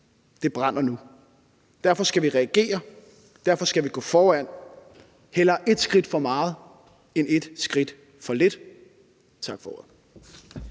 Huset brænder nu. Derfor skal vi reagere, og derfor skal vi gå foran, og hellere et skridt for meget end et skridt for lidt. Tak for ordet.